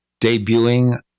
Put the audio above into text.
debuting